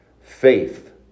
faith